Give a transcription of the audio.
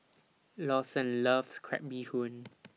Lawson loves Crab Bee Hoon